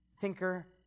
thinker